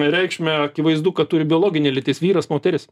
reikšmę akivaizdu kad turi biologinė lytis vyras moteris